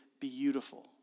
beautiful